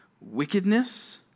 wickedness